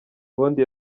mbondi